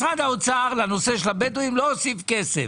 משרד האוצר לנושא של הבדואים לא הוסיף כסף.